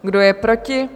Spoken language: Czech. Kdo je proti?